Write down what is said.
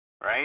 right